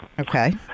okay